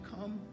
come